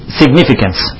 significance